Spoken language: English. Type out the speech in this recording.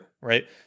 right